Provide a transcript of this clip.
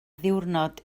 ddiwrnod